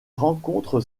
rencontre